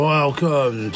Welcome